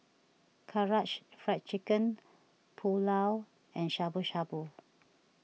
Karaage Fried Chicken Pulao and Shabu Shabu